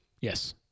yes